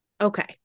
Okay